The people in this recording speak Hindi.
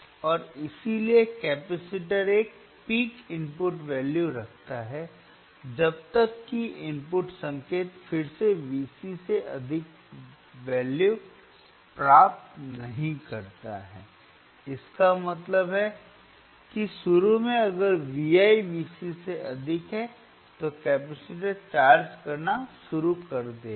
और इसलिए कैपेसिटर एक पीक इनपुट वैल्यू रखता है जब तक कि इनपुट संकेत फिर से Vc से अधिक मूल्य प्राप्त नहीं करता है इसका मतलब है कि शुरू में अगर Vi Vc से अधिक है तो कैपेसिटर चार्ज करना शुरू कर देगा